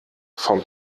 vom